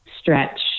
stretch